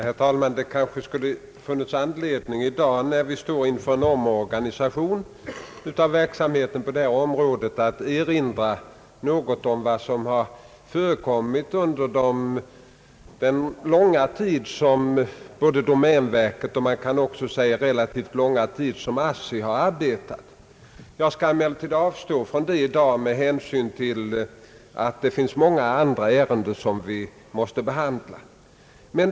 Herr talman! När vi nu står inför en omorganisation av verksamheten på detta område skulle det kanske ha funnits anledning att något erinra om vad som förekommit under den långa tid som domänverket och den relativt långa tid som ASSI har arbetat. Emellertid skall jag avstå från det med hänsyn till de många andra ärenden som kammaren måste behandla.